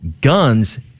guns